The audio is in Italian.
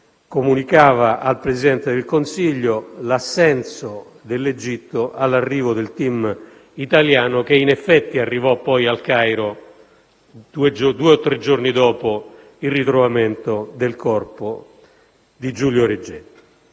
comunicava al Presidente del Consiglio l'assenso dell'Egitto all'arrivo del *team* italiano, che in effetti arrivò al Cairo due o tre giorni dopo il ritrovamento del corpo di Giulio Regeni.